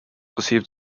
receive